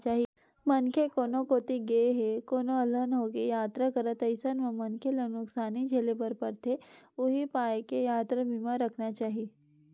मनखे कोनो कोती गे हे कोनो अलहन होगे यातरा करत अइसन म मनखे ल नुकसानी झेले बर परथे उहीं पाय के यातरा बीमा रखना चाही